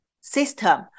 system